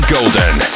Golden